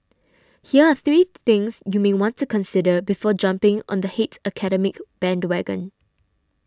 here are three things you may want to consider before jumping on the hate academic bandwagon